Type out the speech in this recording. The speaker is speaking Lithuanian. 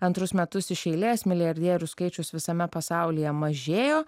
antrus metus iš eilės milijardierių skaičius visame pasaulyje mažėjo